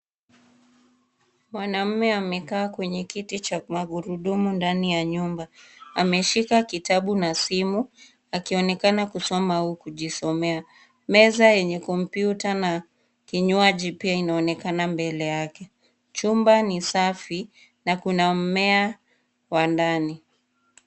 Mwanamke amekaa kwenye kiti cha magurudumu ndani ya nyumba. Ameshika kitabu na simu akionekana kusoma au kujisomea. Meza yenye kompyuta na kinywaji pia inaonekana mbele yake. Chumba ni safi na kuna mmea wa ndani.